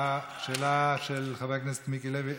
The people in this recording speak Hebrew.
שאלה של חבר הכנסת מיקי לוי,